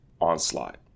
onslaught